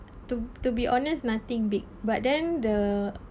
to to be honest nothing big but then the